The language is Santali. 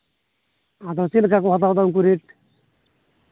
ᱟᱫᱚ ᱪᱮᱫ ᱞᱮᱠᱟ ᱠᱚ ᱦᱟᱛᱟᱣᱫᱟ ᱩᱱᱠᱩ ᱨᱮᱴ